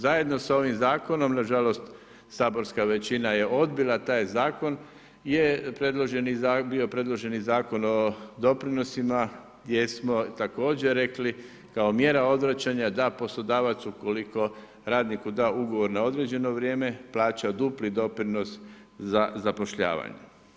Zajedno sa ovim zakonom nažalost saborska većina je odbila taj zakon gdje je bio predloženi Zakon o doprinosa gdje smo također rekli kao mjera odvraćanja da poslodavac ukoliko radniku da ugovor na određeno vrijeme, plaća dupli doprinos za zapošljavanje.